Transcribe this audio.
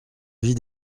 vie